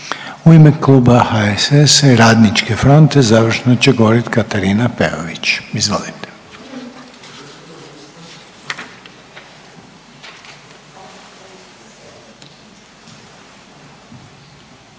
U ime Kluba HSS-a i Radničke fronte završno će govoriti Katarina Peović. Izvolite.